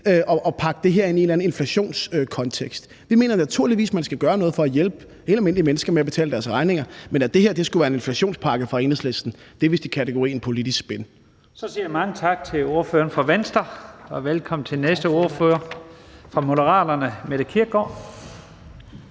at pakke det her ind i en eller anden inflationskontekst. Vi mener naturligvis, man skal gøre noget for at hjælpe helt almindelige mennesker med at betale deres regninger. Men at det her skulle være en inflationspakke fra Enhedslisten, er vist i kategorien politisk spin. Kl. 14:24 Første næstformand (Leif Lahn Jensen): Så siger jeg mange tak til ordføreren fra Venstre og velkommen til næste ordfører, fru Mette Kierkgaard